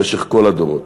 במשך כל הדורות.